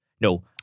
no